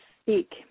speak